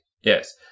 Yes